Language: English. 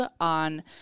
on